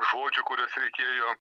žodžių kuriuos reikėjo